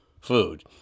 food